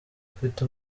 afite